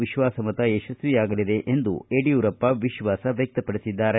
ವಿಶ್ವಾಸ ಮತ ಯಶಸ್ವಿಯಾಗಲಿದೆ ಎಂದು ಯಡಿಯೂರಪ್ಪ ವಿಶ್ವಾಸ ವ್ನಕ್ತಪಡಿಸಿದ್ದಾರೆ